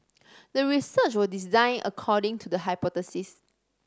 the research was designed according to the hypothesis